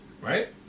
right